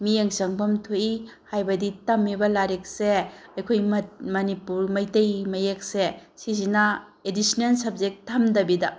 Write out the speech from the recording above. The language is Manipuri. ꯃꯤꯠꯌꯦꯡ ꯆꯪꯐꯝ ꯊꯣꯛꯏ ꯍꯥꯏꯕꯗꯤ ꯇꯝꯃꯤꯕ ꯂꯥꯏꯔꯤꯛꯁꯦ ꯑꯩꯈꯣꯏ ꯃꯅꯤꯄꯨꯔ ꯃꯩꯇꯩ ꯃꯌꯦꯛꯁꯦ ꯁꯤꯁꯤꯅ ꯑꯦꯗꯤꯁꯟꯅꯦꯜ ꯁꯞꯖꯦꯛ ꯊꯝꯗꯕꯤꯗ